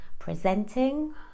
Presenting